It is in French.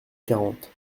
quarante